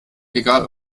egal